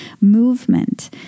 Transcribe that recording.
movement